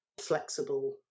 flexible